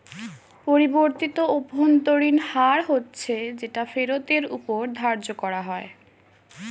পরিবর্তিত অভ্যন্তরীণ হার হচ্ছে যেটা ফেরতের ওপর ধার্য করা হয়